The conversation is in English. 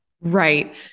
Right